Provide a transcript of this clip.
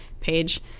page